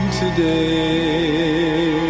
today